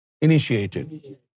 initiated